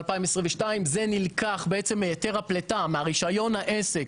זה נלקח מרישיון העסק,